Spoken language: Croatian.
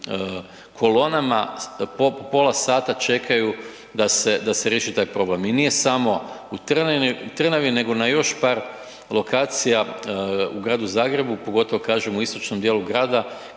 kolonama pola sata čekaju da se riješi taj problem. I nije samo u Trnavi nego na još par lokacija u gradu Zagrebu pogotovo kažem u istočnom djelu grada